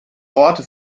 worte